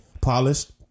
polished